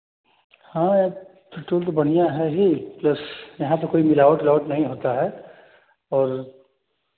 हाँ या पेट्रोल तो बढ़िया है ही प्लस यहाँ तो कोई मिलावट ओलावट नहीं होता है और